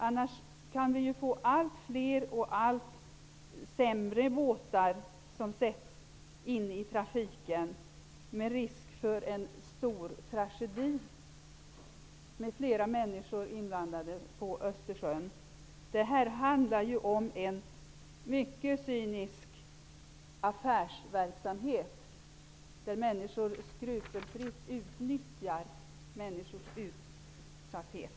Annars kan allt fler och allt sämre båtar sättas i trafik med risk för en stor tragedi med flera människor inblandade på Östersjön. Detta handlar om en mycket cynisk affärsverksamhet där människor skrupelfritt utnyttjar andra människors utsatthet.